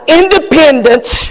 independence